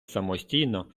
самостійно